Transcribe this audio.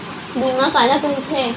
बीमा काला कइथे?